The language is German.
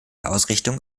ausrichtung